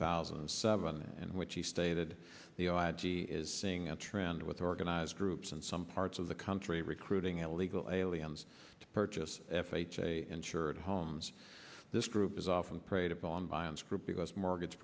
thousand and seven in which he stated the o g is seeing a trend with organized groups in some parts of the country recruiting illegal aliens to purchase f h a insured homes this group is often preyed upon by unscrupulous mortgage